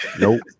Nope